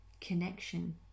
connection